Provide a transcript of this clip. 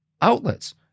outlets